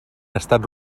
estat